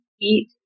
eat